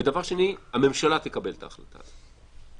ודבר שני הממשלה תקבל את ההחלטה הזאת.